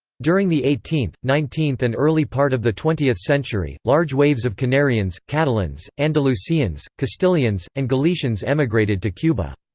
during the eighteenth, nineteenth and early part of the twentieth century, large waves of canarians, catalans, andalusians, castilians, and galicians emigrated to cuba.